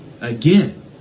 Again